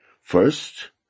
first